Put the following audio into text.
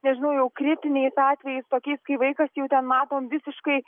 nežinau jau kritiniais atvejais tokiais kai vaikas jau ten matom visiškai